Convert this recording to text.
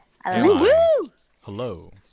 Hello